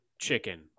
chicken